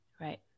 Right